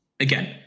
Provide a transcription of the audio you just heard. Again